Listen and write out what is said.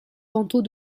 vantaux